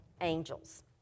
angels